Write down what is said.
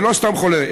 ולא סתם חולה,